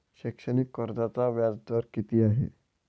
शैक्षणिक कर्जाचा व्याजदर किती आहे?